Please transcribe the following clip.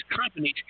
companies